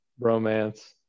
bromance